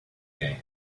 gain